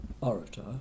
orator